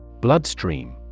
Bloodstream